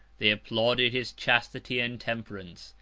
they applauded his chastity and temperance,